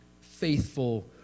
faithful